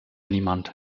niemand